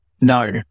No